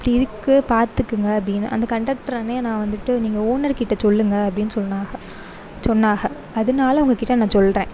இப்படி இருக்குது பார்த்துக்குங்க அப்படின்னு அந்த கண்டக்டர் அண்ணே நான் வந்துட்டு நீங்கள் ஓனர் கிட்ட சொல்லுங்கள் அப்படின்னு சொன்னாக சொன்னாக அதனால் உங்கள் கிட்ட நான் சொல்கிறேன்